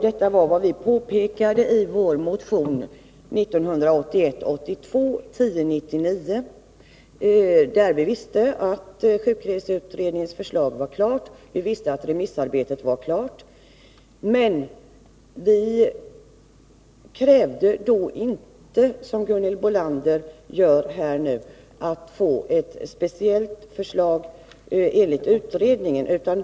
Detta var vad vi påpekade i vår motion 1981/82:1099. Då visste vi att sjukreseutredningens förslag var klart, och vi visste att remissarbetet var klart. Men vi krävde då inte, som Gunhild Bolander gör här nu, att få ett speciellt förslag i enlighet med utredningen.